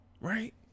right